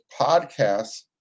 podcasts